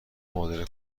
مبادله